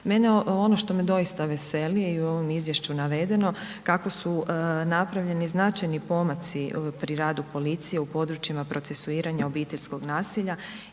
Mene ono što me doista veseli je i u ovom Izvješću navedeno kako su napravljeni značajni pomaci pri radu policije u područjima procesuiranja obiteljskog nasilja